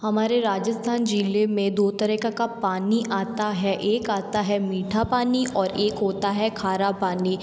हमारे राजस्थान ज़िले में दो तरह का पानी आता है एक आता है मीठा पानी और एक होता है खारा पानी